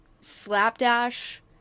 slapdash